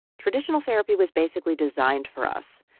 traditional therapy was basically designed for us.